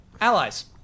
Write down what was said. Allies